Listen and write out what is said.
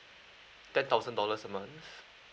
ten thousand dollars a month